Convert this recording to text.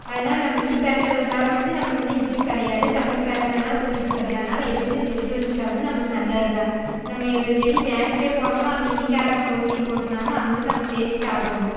அதனால நம்ம ஹிந்தி பேசறதுனால வந்து நம்ம ஒன்றும் இதுன்னு கிடையாது தமிழ் பேசறதுனால புரியுது கிடையாது அதனால் எதுவுமே தெரிஞ்சு வச்சிக்க வந்து நம்மளுக்கு நல்லது தான் இப்போ நம்ம ஏ ஒரு வெளி பேங்க்குக்கே போனோம்ன்னா அங்கே ஹிந்திக்காரங்களை போஸ்டிங் போட்டுருந்தாங்கன்னா அவங்கக்கிட்ட நம்ம பேசித்தான் ஆகணும்